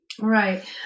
Right